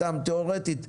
סתם תיאורטית,